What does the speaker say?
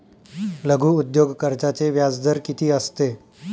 लघु उद्योग कर्जाचे व्याजदर किती असते?